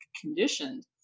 conditioned